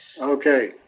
okay